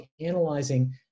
analyzing